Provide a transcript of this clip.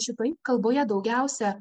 šitoje kalboje daugiausia